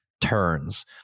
turns